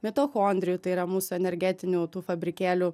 mitochondrijų tai yra mūsų energetinių tų fabrikėlių